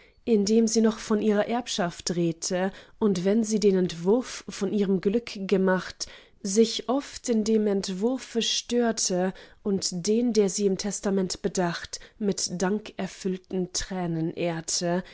indem sie noch von ihrer erbschaft redte und wenn sie den entwurf von ihrem glück gemacht sich oft in dem entwurfe störte und den der sie im testament bedacht mit dankerfüllten tränen ehrte